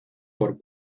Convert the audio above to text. por